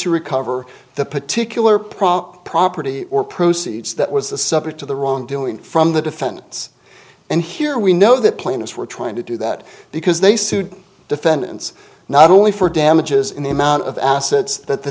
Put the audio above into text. to recover the particular problem property or proceeds that was the subject of the wrongdoing from the defendants and here we know that plaintiffs were trying to do that because they sued defendants not only for damages in the amount of assets that the